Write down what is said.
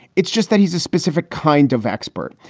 it's just that he's a specific kind of expert.